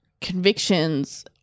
convictions